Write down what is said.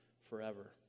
forever